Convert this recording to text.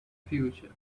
future